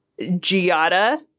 Giada